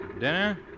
Dinner